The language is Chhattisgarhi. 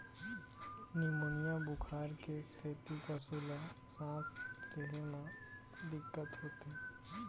निमोनिया बुखार के सेती पशु ल सांस ले म दिक्कत होथे